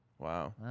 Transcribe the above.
Wow